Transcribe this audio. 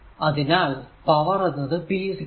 അതിനാൽ പവർ എന്നത് p v i